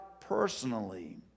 personally